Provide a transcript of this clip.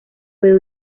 puede